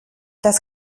das